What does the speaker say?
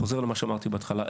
אני חוזר למה שאמרתי בהתחלה,